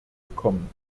bekommen